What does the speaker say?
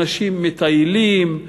אנשים מטיילים,